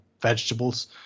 vegetables